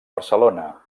barcelona